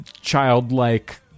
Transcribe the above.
childlike